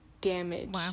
damage